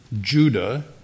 Judah